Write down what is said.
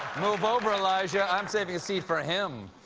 move over, elijah, i'm saving a seat for him.